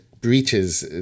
breaches